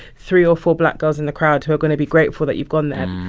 three or four black girls in the crowd who are going to be grateful that you've gone there.